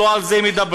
לא על זה מדברים.